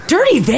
Dirty